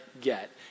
get